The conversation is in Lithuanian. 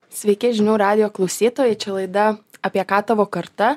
sveiki žinių radijo klausytojai čia laida apie ką tavo karta